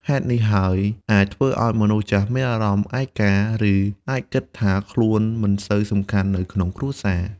ហេតុនេះហើយ អាចធ្វើឱ្យមនុស្សចាស់មានអារម្មណ៍ឯកោ ឬអាចគិតថាខ្លួនមិនសូវសំខាន់នៅក្នុងគ្រួសារ។